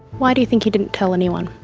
why do you think he didn't tell anyone?